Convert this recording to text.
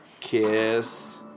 kiss